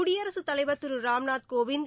குடியரசுத் தலைவர் திரு ராம்நாத் கோவிந்த்